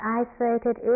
isolated